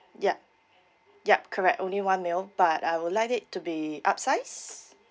yup yup correct only one meal but I would like it to be upsized